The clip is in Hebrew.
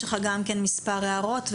יש לך מספר הערות.